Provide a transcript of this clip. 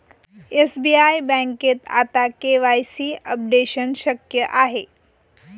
SBI बँकेत आता KYC updation शक्य आहे